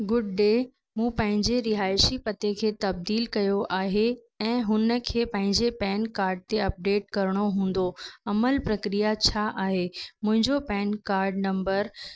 good day मूं पंहिंजे रिहाईशी पते खे तब्दीलु कयो आहे ऐं हुनखे पंहिंजे पैन कार्ड ते अपडेट करिणो हूंदो अमल प्रक्रिया छा आहे मुहिंजो पैन कार्ड नम्बर